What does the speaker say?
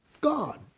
God